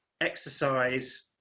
exercise